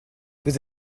vous